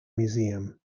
museum